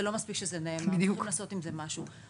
זה לא מספיק שזה נאמר, צריכים לעשות עם זה משהו.